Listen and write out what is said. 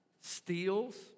steals